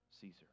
Caesar